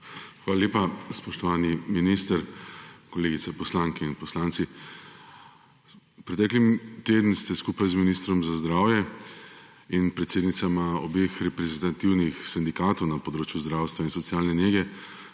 Hvala lepa. Spoštovani minister, kolegice poslanke in poslanci! Pretekli teden ste skupaj z ministrom za zdravje in predsednicama obeh reprezentativnih sindikatov na področju zdravstva in socialne nege